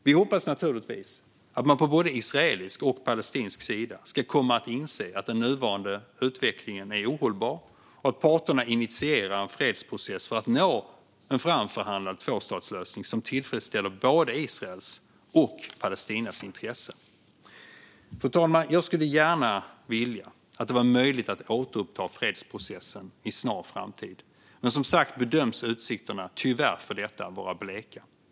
Vi hoppas givetvis att man på både israelisk och palestinsk sida ska komma att inse att den nuvarande utvecklingen är ohållbar och att parterna därför initierar en fredsprocess för att nå en framförhandlad tvåstatslösning som tillfredsställer både Israels och Palestinas intressen. Fru talman! Jag önskar att det vore möjligt att återuppta fredsprocessen inom en snar framtid, men som sagt bedöms utsikterna för detta tyvärr vara bleka.